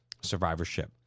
survivorship